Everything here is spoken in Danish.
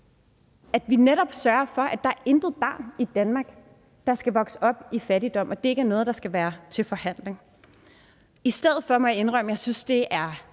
at vi netop sørger for, at intet barn i Danmark skal vokse op i fattigdom, og at det ikke er noget, der skal være til forhandling. I stedet for må jeg indrømme, at jeg synes, det er